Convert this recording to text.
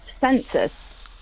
census